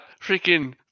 freaking